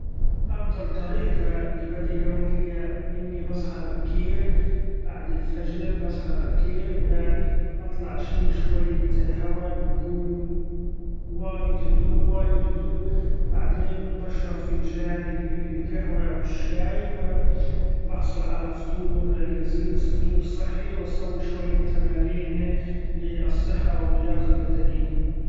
أفضل طريقة لبدء يومي هي: إني بصحي بكير بعد الفجر بصحي بكير ب اطلع اشم شوية هوا بكون وايد هدوء وايد هدوء ، بعدين بشرب فنجان القهوة أو الشاي و بحصل علي فطور لذيذ فطور صحي ، و اسوي شوية تمارين لي الصحة و اللياقة البدنية.